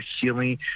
healing